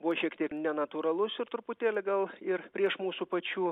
buvo šiek tiek nenatūralus ir truputėlį gal ir prieš mūsų pačių